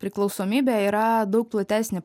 priklausomybė yra daug platesnė